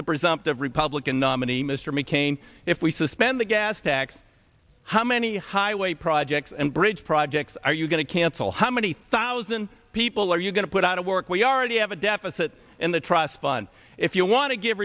the presumptive republican nominee mr mccain if we suspend the gas tax how many highway projects and bridge projects are you going to cancel how many thousand people are you going to put out of work we already have a deficit in the trust fund if you want to g